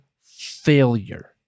failure